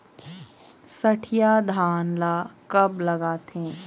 सठिया धान ला कब लगाथें?